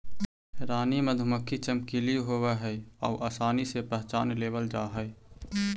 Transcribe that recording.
रानी मधुमक्खी चमकीली होब हई आउ आसानी से पहचान लेबल जा हई